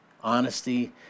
honesty